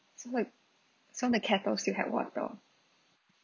so the so the kettles still had water